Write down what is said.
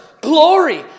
Glory